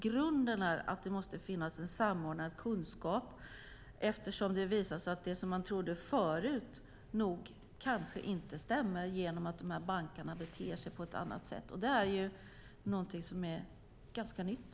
Grunden är att det måste finnas en samordnad kunskap, eftersom det har visat sig att det man trodde förut kanske inte stämmer då bankarna beter sig på ett annat sätt. Det är någonting som är ganska nytt.